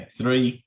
three